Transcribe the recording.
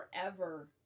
forever